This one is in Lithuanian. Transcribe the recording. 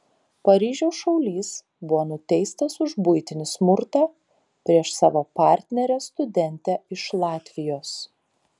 paryžiaus šaulys buvo nuteistas už buitinį smurtą prieš savo partnerę studentę iš latvijos